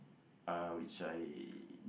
uh which I